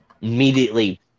immediately